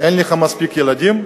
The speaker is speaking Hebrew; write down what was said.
אין לך מספיק ילדים,